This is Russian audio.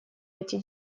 эти